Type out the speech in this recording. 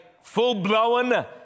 full-blown